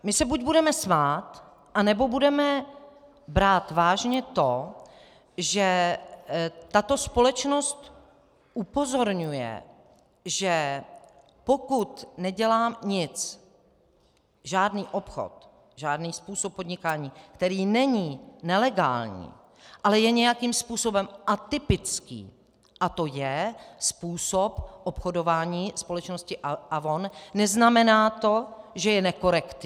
My se buď budeme smát, nebo budeme brát vážně to, že tato společnost upozorňuje, že pokud nedělá nic, žádný obchod, žádný způsob podnikání, který není nelegální, ale je nějakým způsobem atypický, a to je způsob obchodování společnosti Avon, neznamená to, že je nekorektní.